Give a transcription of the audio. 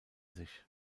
sich